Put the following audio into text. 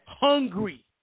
hungry